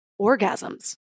orgasms